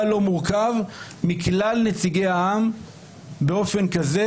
לא מורכב מכלל נציגי העם באופן כזה,